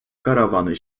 karawany